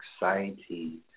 excited